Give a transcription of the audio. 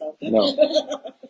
No